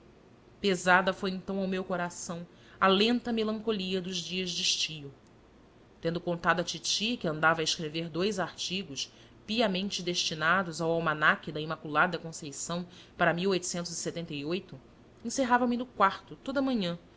pesada foi então ao meu coração a lenta melancolia dos dias de estio tendo contado à titi que andava a escrever dous artigos piamente destinados ao almanaque da imaculada conceição para encerravam no quarto toda a manhã